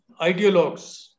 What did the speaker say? ideologues